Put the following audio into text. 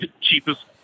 cheapest